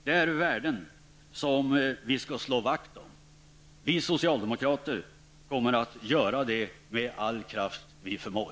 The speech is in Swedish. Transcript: Det är värden som vi skall slå vakt om. Vi socialdemokrater kommer att göra det med all den kraft som vi förmår.